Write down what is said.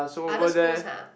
other schools ah